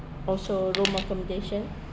also room accommodation